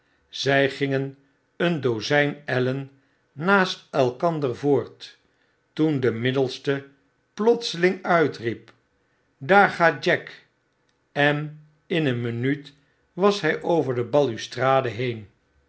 zy gingen een dozijn ellen naast elkander voort toen de middelste plotseling uitriep daar gaat jack en in een minuut was hjj overde balustrade heen